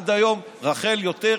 עד היום רח"ל יותר,